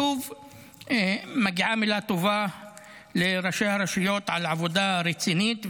שוב מגיעה מילה טובה לראשי הרשויות על העבודה הרצינית,